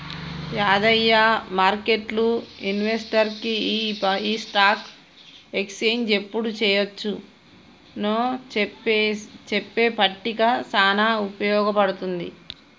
యాదయ్య మార్కెట్లు ఇన్వెస్టర్కి ఈ స్టాక్ ఎక్స్చేంజ్ ఎప్పుడు చెయ్యొచ్చు నో చెప్పే పట్టిక సానా ఉపయోగ పడుతుందంట